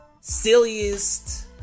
silliest